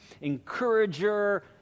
encourager